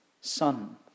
Son